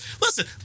Listen